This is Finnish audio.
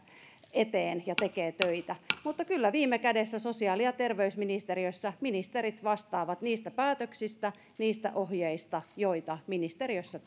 eteen ja tekee töitä mutta kyllä viime kädessä sosiaali ja terveysministeriössä ministerit vastaavat niistä päätöksistä ja niistä ohjeista joita ministeriössä